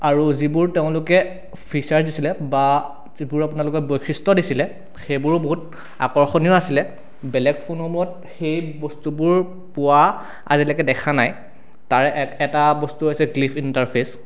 আৰু যিবোৰ তেওঁলোকে ফিছাৰ দিছিলে বা যিবোৰ আপোনালোকৰ বৈশিষ্ট্য দিছিলে সেইবোৰো বহুত আকৰ্ষণীয় আছিলে বেলেগ ফোনসমূহত সেই বস্তুবোৰ পোৱা আজিলৈকে দেখা নাই তাৰে এটা বস্তু হৈছে গ্লিফ ইণ্টাৰৰ্ফেচ